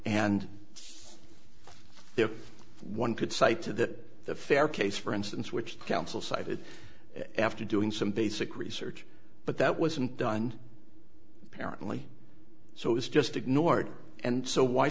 and if one could cite to that the fair case for instance which the council cited after doing some basic research but that wasn't done apparently so it was just ignored and so why